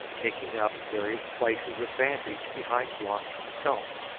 taking up various places of vantage behind blocks of stone,